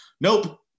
Nope